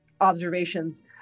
observations